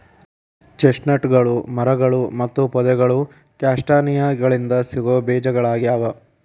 ಚೆಸ್ಟ್ನಟ್ಗಳು ಮರಗಳು ಮತ್ತು ಪೊದೆಗಳು ಕ್ಯಾಸ್ಟಾನಿಯಾಗಳಿಂದ ಸಿಗೋ ಬೇಜಗಳಗ್ಯಾವ